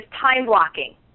time-blocking